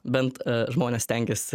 bent žmonės stengiasi